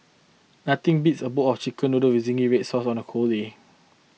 nothing beats a bowl of Chicken Noodles with Zingy Red Sauce on a cold day